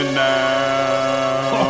now